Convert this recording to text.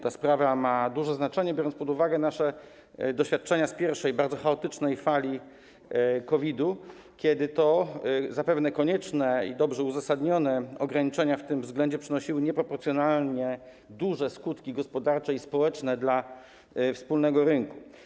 Ta sprawa ma duże znaczenie, biorąc pod uwagę nasze doświadczenia z pierwszej, bardzo chaotycznej fali COVID-u, kiedy to zapewne konieczne i dobrze uzasadnione ograniczenia w tym względzie przynosiły nieproporcjonalnie duże skutki gospodarcze i społeczne dla wspólnego rynku.